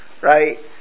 right